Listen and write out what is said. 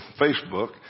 Facebook